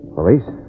Police